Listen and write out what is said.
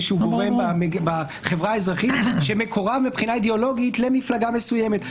שהוא גורם בחברה האזרחית שמקורב מבחינה אידיאולוגית למפלגה מסוימת,